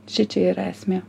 šičia yra esmė